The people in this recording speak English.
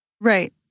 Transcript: Right